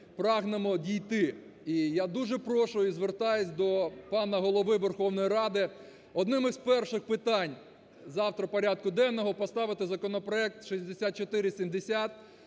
прагнемо дійти. І я дуже прошу, і звертаюсь до пана Голови Верховної Ради одним із перших питань завтра порядку денного поставити законопроект 6470,